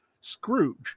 Scrooge